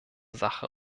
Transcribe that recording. sache